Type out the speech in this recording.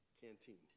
canteen